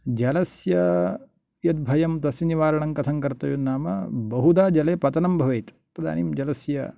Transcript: जलस्य यत् भयं तस्य निवारणं कथं कर्तवयं नाम बहुदा जले पतनं भवेत् तदानीं जलस्य